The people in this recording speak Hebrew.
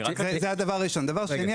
דבר שני,